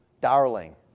Darling